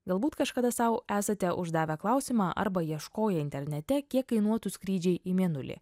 galbūt kažkada sau esate uždavę klausimą arba ieškoję internete kiek kainuotų skrydžiai į mėnulį